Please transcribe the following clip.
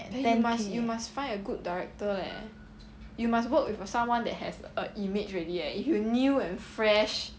you must you must find a good director leh you must work with a someone that has a image already eh if you are new and fresh